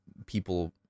people